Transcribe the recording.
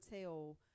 tell